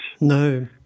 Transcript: No